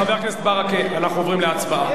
חבר הכנסת ברכה, אנחנו עוברים להצבעה.